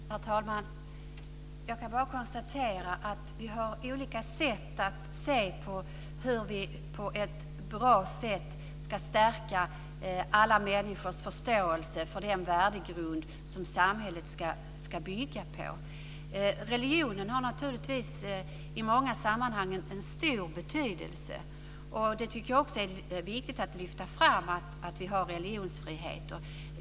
Herr talman! Jag kan bara konstatera att vi har olika sätt att se på hur vi på ett bra sätt ska stärka alla människors förståelse för den värdegrund som samhället ska bygga på. Religionen har naturligtvis i många sammanhang en stor betydelse. Jag tycker också att det är viktigt att lyfta fram att vi har religionsfrihet.